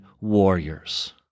warriors